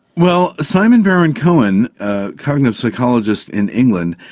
well, simon baron-cohen, a cognitive psychologist in england,